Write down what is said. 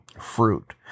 fruit